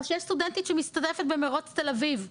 או שיש סטודנטית שמשתתפת במרוץ תל אביב,